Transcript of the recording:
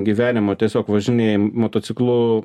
gyvenimo tiesiog važinėji motociklu